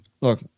look